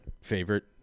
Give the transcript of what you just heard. favorite